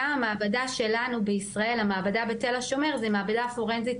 גם המעבדה שלנו בתל השומר זה מעבדה פורנזית,